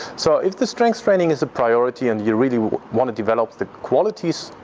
so if the strength training is a priority and you really want to develop the qualities